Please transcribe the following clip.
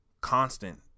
constant